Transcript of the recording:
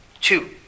Two